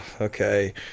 okay